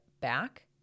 back